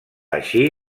així